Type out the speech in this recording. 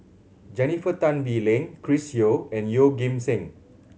Jennifer Tan Bee Leng Chris Yeo and Yeoh Ghim Seng